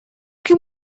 can